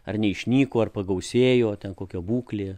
ar neišnyko ar pagausėjo ten kokioje būklėje